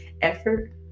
effort